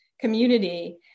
community